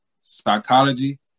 psychology